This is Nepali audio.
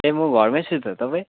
ए म घरमै छु त तपाईँ